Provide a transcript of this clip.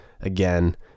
again